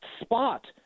spot